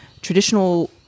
traditional